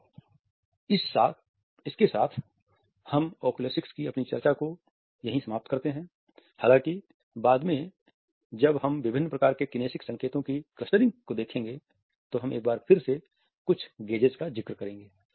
तो इसके साथ हम ओकुलेसिक्स की अपनी चर्चा को समाप्त करते हैं हालाँकि बाद में जब हम विभिन्न प्रकार के किनेसिक संकेतों की क्लस्टरिंग को देखेंगे तो हम एक बार फिर कुछ गेजेस जिक्र करेंगे